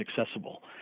accessible